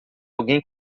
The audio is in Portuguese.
alguém